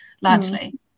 largely